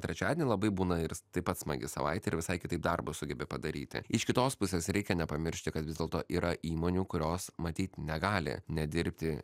trečiadienį labai būna ir taip pat smagi savaitė ir visai kitaip darbus sugebi padaryti iš kitos pusės reikia nepamiršti kad vis dėlto yra įmonių kurios matyt negali nedirbti